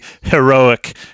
heroic